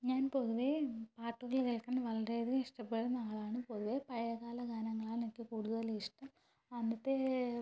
ഞാൻ പൊതുവേ പാട്ടുകൾ കേൾക്കാൻ വളരെയധികം ഇഷ്ടപ്പെടുന്ന ആളാണ് പൊതുവേ പഴയകാല ഗാനങ്ങളാണ് ഇപ്പോൾ കൂടുതൽ ഇഷ്ടം അന്നത്തെ